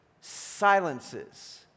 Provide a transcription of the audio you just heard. silences